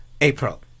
April